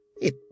It